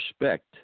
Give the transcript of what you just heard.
respect